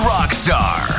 Rockstar